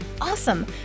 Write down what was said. awesome